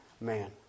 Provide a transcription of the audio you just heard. man